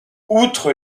outre